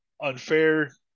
unfair